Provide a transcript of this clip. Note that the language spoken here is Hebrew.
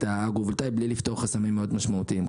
האגרו-וולטאי בלי לפתור חסמים מאוד משמעותיים.